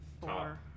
four